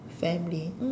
family mm